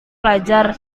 pelajar